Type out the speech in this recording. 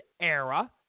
era